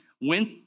went